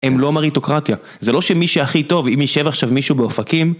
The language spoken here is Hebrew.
הם לא מריטוקרטיה, זה לא שמי שהכי טוב, אם יישב עכשיו מישהו באופקים...